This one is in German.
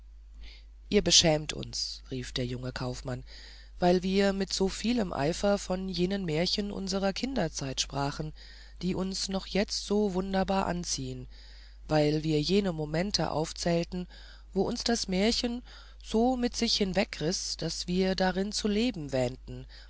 ihr beschämt uns rief der junge kaufmann weil wir mit so vielem eifer von jenen märchen unserer kindheit sprachen die uns noch jetzt so wunderbar anziehen weil wir jene momente aufzählten wo uns das märchen so mit sich hinwegriß daß wir darin zu leben wähnten